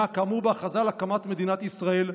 כאמור בהכרזה על הקמת מדינת ישראל',